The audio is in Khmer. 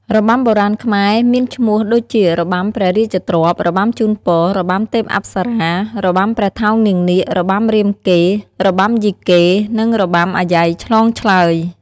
របាំបុរាណខ្មែរមានឈ្មោះដូចជា របាំព្រះរាជទ្រព្យ របាំជូនពរ, របាំទេពអប្សរា, របាំព្រះថោងនាងនាគ, របាំរាមកេរ្តិ៍, របាំយីកេ និងរបាំអាយ៉ៃឆ្លងឆ្លើយ។